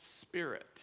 spirit